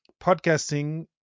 podcasting